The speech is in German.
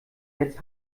jetzt